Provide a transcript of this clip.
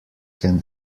can